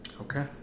Okay